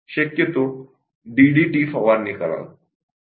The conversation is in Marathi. शक्यतो डीडीटी ची फवारणी कराल